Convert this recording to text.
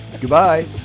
Goodbye